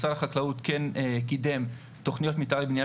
משרד החקלאות כן קידם תוכניות מיתאר לבנייה